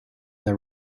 the